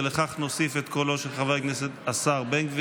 ולכך נוסיף את קולו של חבר הכנסת השר בן גביר.